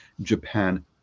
Japan